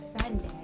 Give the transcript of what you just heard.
Sunday